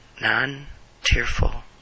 non-tearful